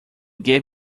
gave